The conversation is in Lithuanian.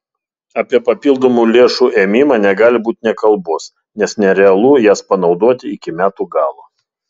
apie papildomų lėšų ėmimą negali būti nė kalbos nes nerealu jas panaudoti iki metų galo